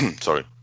sorry